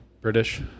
British